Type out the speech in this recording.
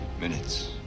minutes